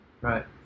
Right